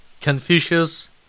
Confucius